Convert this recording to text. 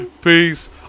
Peace